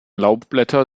laubblätter